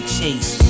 chase